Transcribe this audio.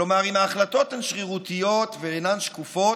כלומר, אם ההחלטות הן שרירותיות ואינן שקופות,